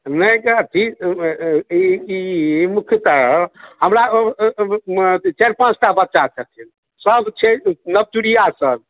नहि तऽ अथी ई मुख्यतः हमरा चारि पाँचटा बच्चा छै सब छथि सब छै नवतुरिआ सब